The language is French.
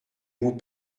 vous